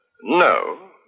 No